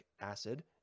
acid